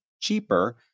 cheaper